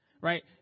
Right